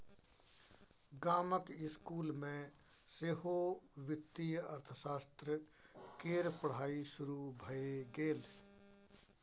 गामक इसकुल मे सेहो वित्तीय अर्थशास्त्र केर पढ़ाई शुरू भए गेल